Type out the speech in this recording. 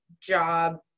job